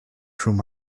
through